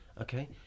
okay